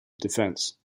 defence